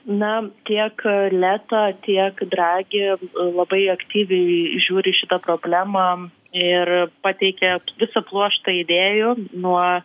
na tiek leta tiek dragi labai aktyviai žiūri į šitą problemą ir pateikė visą pluoštą idėjų nuo